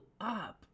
up